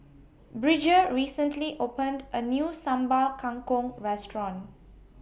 Bridger recently opened A New Sambal Kangkong Restaurant